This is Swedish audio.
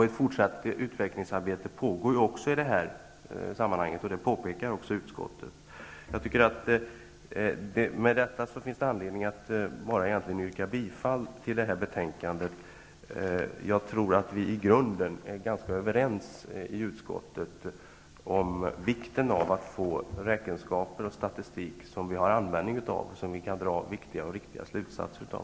Ett fortsatt utvecklingsarbete pågår för närvarande, vilket också utskottet påpekar. Med det anförda yrkar jag bifall till hemställan i detta betänkande. Jag tror att vi i utskottet i grunden är ganska överens om vikten av att få räkenskaper och statistik som man har användning av och som man kan dra viktiga och riktiga slutsatser av.